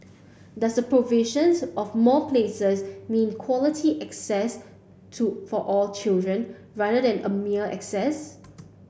does the provisions of more places mean quality access to for all children rather than a mere access